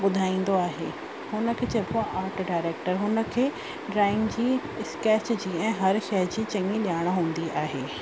ॿुधाईंदो आहे हुन खे चइबो आ आर्ट डायरेक्टर हुन खे ड्रॉइंग जी स्कैच जी ऐं हर शइ जी चङी ॼाणु हूंदी आहे